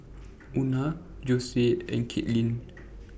Una Josue and Kaitlin